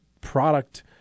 product